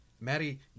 Maddie